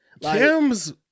kim's